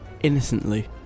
innocently